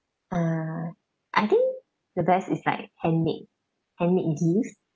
mm I think the best is like handmade handmade gifts